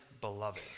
beloved